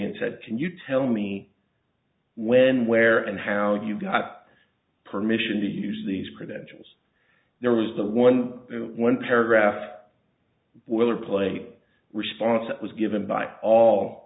said can you tell me when where and how you got permission to use these credentials there was the one to one paragraph boilerplate response that was given by all